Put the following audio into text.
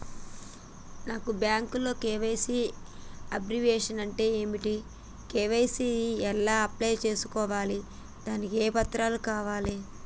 నాకు బ్యాంకులో KYC abbreviation అంటే ఏంటి కే.వై.సీ ని ఎలా అప్లై చేసుకోవాలి దానికి ఏ పత్రాలు కావాలి?